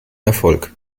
erfolg